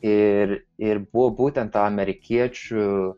ir ir buvo būtent ta amerikiečių